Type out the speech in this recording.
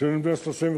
כשהיינו בני 35,